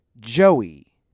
Joey